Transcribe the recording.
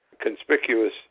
Conspicuous